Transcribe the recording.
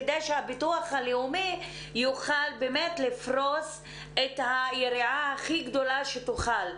כדי שהביטוח הלאומי יוכל באמת לפרוס את היריעה הכי גדולה שהוא יכול.